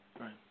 Right